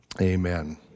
Amen